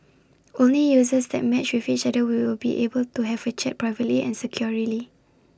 only users that matched with each other will be able to have A chat privately and securely